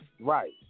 Right